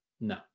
no